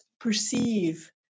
perceive